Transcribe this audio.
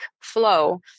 flow